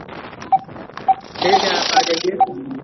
ठीक है आप आ जाइए